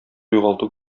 югалту